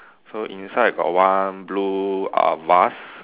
so inside got one blue uh vase